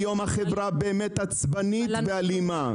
היום החברה באמת עצבנית ואלימה.